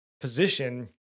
position